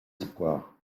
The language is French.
l’espoir